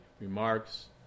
remarks